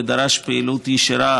ודרש פעילות ישירה,